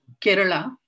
Kerala